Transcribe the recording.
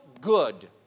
good